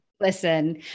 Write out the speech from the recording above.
Listen